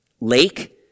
lake